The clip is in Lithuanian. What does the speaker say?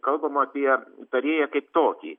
kalbama apie tarėją kaip tokį